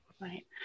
Right